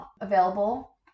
available